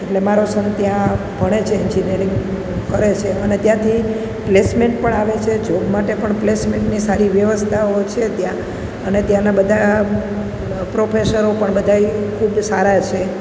એટલે મારો સન ત્યાં ભણે છે એન્જિન્યરિંગ કરે છે અને ત્યાંથી પ્લેસમેંટ પણ આવે છે જોબ માટે પણ પ્લેસમેન્ટની સારી વ્યવસ્થાઓ છે ત્યાં અને ત્યાંના બધા પ્રોફેસરો પણ બધાય ખૂબ સારા છે